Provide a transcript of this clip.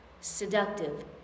seductive